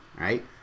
right